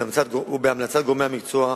ובהמלצת גורמי המקצוע,